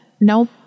nope